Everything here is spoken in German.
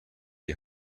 die